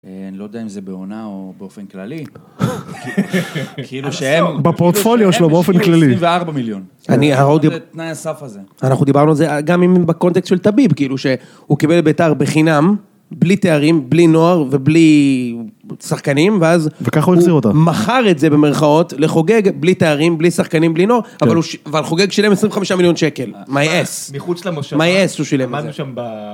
אני לא יודע אם זה בעונה או באופן כללי. כאילו שהם... בפורטפוליו שלו, באופן כללי. 24 מיליון. אני... תנאי הסף הזה. אנחנו דיברנו על זה גם בקונטקסט של תביב, כאילו שהוא קיבל את בית"ר בחינם, בלי תיארים, בלי נוער ובלי שחקנים, ואז הוא מכר את זה במרכאות, לחוגג בלי תיארים, בלי שחקנים, בלי נוער, אבל הוא חוגג, שילם 25 מיליון שקל. מיי אס. מחוץ למושב. מיי אס הוא שילם את זה.